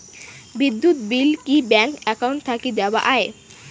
বিদ্যুৎ বিল কি bank account থাকি দেওয়া য়ায়?